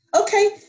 Okay